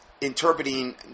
interpreting